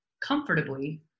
comfortably